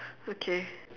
okay